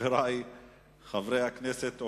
חברי חברי הכנסת,